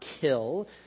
kill